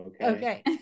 okay